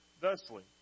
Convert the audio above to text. thusly